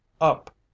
up